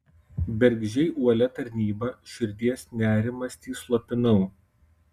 bergždžiai uolia tarnyba širdies nerimastį slopinau